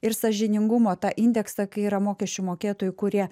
ir sąžiningumo tą indeksą kai yra mokesčių mokėtojų kurie